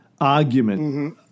argument